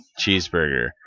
cheeseburger